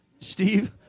Steve